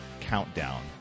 countdown